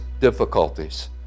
difficulties